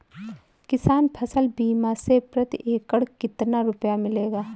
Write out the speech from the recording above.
किसान फसल बीमा से प्रति एकड़ कितना रुपया मिलेगा?